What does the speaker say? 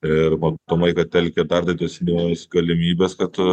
ir matomai kad telia dar didesnius galimybes kad